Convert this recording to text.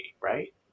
right